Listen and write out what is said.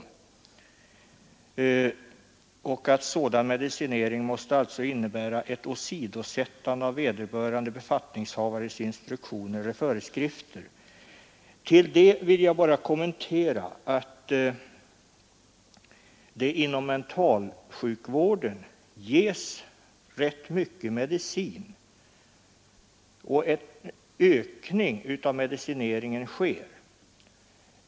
Sådan medicinering måste alltså innebära ett åsidosättande av vederbörande befattningshavares instruktion eller föreskrifter. Till det vill jag bara göra den kommentaren att det inom mentalsjukvården ges rätt stora mängder medicin och att en ökning av medicineringen sker.